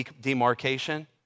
demarcation